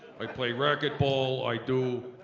i play racquetball i do,